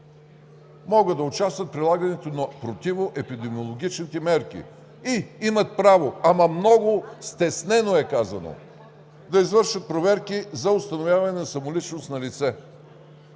могат да участват в прилагането на противоепидемологичните мерки и имат право, ама много стеснено е казано, да извършват проверки за установяване на самоличност на лице,